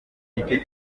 nicyo